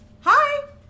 hi